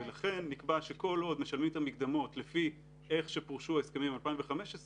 ולכן נקבע שכל עוד משלמים את המקדמות לפי איך שפורשו ההסכמים מ-2015,